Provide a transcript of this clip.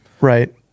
right